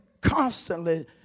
constantly